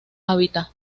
hábitat